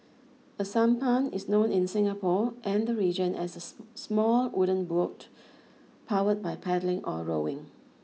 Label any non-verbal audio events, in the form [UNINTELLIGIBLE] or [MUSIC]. a sampan is known in Singapore and the region as a [UNINTELLIGIBLE] small wooden boat powered by paddling or rowing